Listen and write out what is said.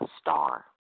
star